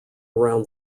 around